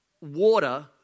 water